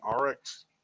RX